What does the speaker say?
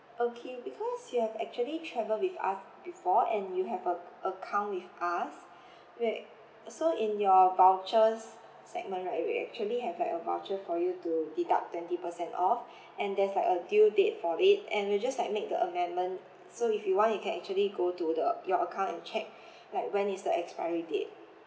okay because you have actually travelled with us before and you have acc~ account with us where so in your vouchers segment right we actually have like a voucher for you to deduct twenty percent off and there's like a due date for it and we'll just like make the amendment so if you want you can actually go to the your account and check like when is the expiry date